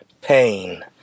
pain